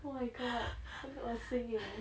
oh my god 很恶心耶